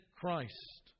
Christ